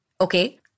Okay